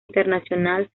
internacional